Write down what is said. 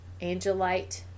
Angelite